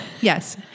Yes